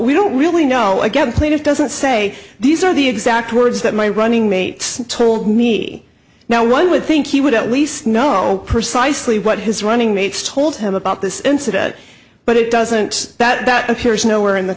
we don't really know again played it doesn't say these are the exact words that my running mate told me now one would think he would at least know precisely what his running mates told him about this incident but it doesn't that appears nowhere in the